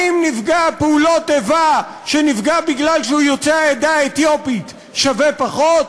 האם נפגע פעולות איבה שנפגע בגלל שהוא יוצא העדה האתיופית שווה פחות?